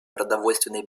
продовольственной